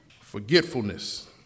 forgetfulness